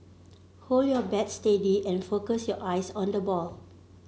hold your bat steady and focus your eyes on the ball